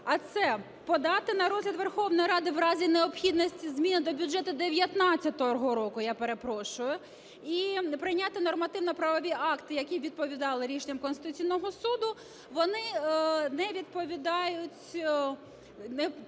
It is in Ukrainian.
а це: подати на розгляд Верховної Ради у разі необхідності зміни до бюджету 19-го року, я перепрошую, і прийняти нормативно-правові акти, які відповідали б рішенням Конституційного Суду, вони не відповідають тим взагалі